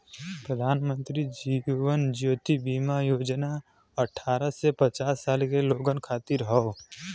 प्रधानमंत्री जीवन ज्योति बीमा योजना अठ्ठारह से पचास साल के लोगन खातिर हौ